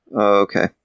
okay